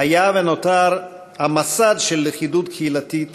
היה ונותר המסד של לכידות קהילתית,